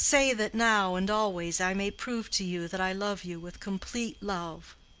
say that now and always i may prove to you that i love you with complete love.